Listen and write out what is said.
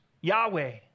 Yahweh